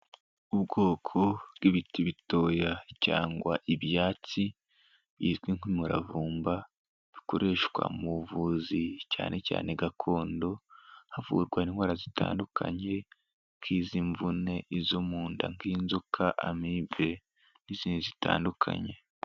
Ubwoko bw'ibiti bitoya cyangwa ibyatsi bizwi nk'umuravumba bikoreshwa mu buvuzi cyane cyane gakondo, havurwa indwara zitandukanye nk'iz'imvune, izo mu nda nk'inzoka, amibe n'izindi zitandukanye.